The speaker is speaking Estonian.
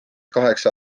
kaheksa